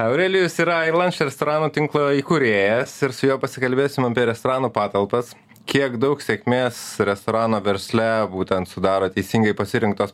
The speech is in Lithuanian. aurelijus yra lunch restoranų tinklo įkūrėjas ir su juo pasikalbėsim apie restorano patalpas kiek daug sėkmės restorano versle būtent sudaro teisingai pasirinktos